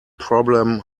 problem